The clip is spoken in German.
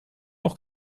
auch